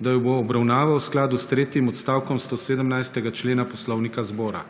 da ju bo obravnaval v skladu s tretjim odstavkom 117. člena Poslovnika Državnega zbora.